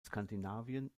skandinavien